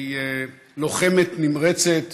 שהיא לוחמת נמרצת